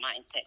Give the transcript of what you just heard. mindset